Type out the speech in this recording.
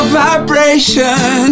vibration